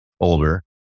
older